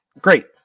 Great